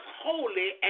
holy